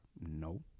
No